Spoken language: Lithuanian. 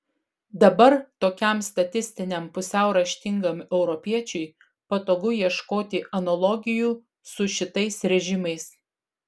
dabar tokiam statistiniam pusiau raštingam europiečiui patogu ieškoti analogijų su šitais režimais